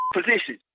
position